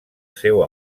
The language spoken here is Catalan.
seu